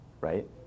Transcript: right